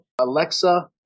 Alexa